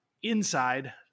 inside